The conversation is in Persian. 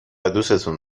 دوستون